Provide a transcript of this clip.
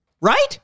Right